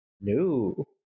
no